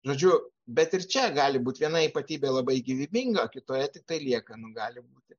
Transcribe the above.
žodžiu bet ir čia gali būti viena ypatybė labai gyvybinga kitoje tik liekanų gali būti